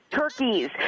turkeys